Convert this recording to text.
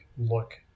look